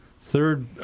Third